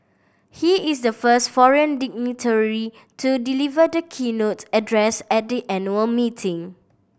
he is the first foreign dignitary to deliver the keynote address at the annual meeting